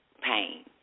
pain